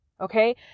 Okay